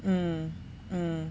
mm mm